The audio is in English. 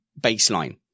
baseline